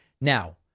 Now